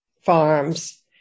farms